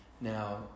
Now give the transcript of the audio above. Now